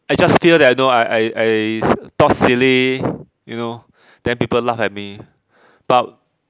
I just fear that I know I I I talk silly you know then people laugh at me but